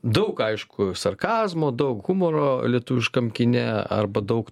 daug aišku sarkazmo daug humoro lietuviškam kine arba daug